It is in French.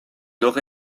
nord